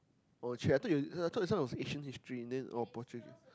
oh !chey! I thought you I thought this one was ancient history in the end Portuguese